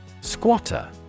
Squatter